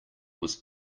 was